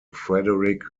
frederick